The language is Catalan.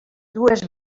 dues